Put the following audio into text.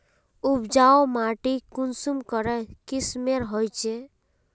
उपजाऊ माटी कुंसम करे किस्मेर होचए?